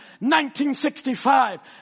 1965